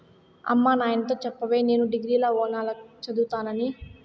అమ్మ నాయనతో చెప్పవే నేను డిగ్రీల ఓనాల కి చదువుతానని